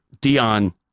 Dion